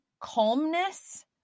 calmness